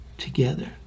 together